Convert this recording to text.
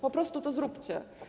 Po prostu to zróbcie.